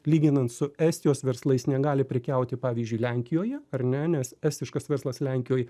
lyginant su estijos verslais negali prekiauti pavyzdžiui lenkijoje ar ne nes estiškas verslas lenkijoj